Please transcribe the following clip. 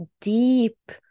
deep